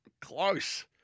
close